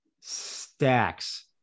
stacks